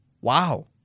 Wow